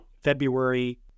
February